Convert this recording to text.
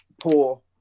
poor